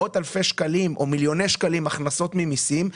מיליוני שקלים הכנסות ממסים,